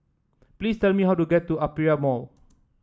please tell me how to get to Aperia Mall